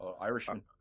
Irishman